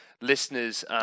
listeners